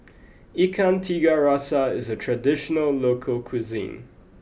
Ikan Tiga Rasa is a traditional local cuisine